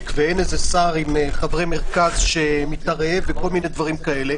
ואין שר עם חברי מרכז ודברים כאלה,